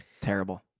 Terrible